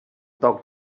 talk